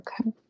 Okay